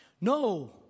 No